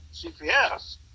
CPS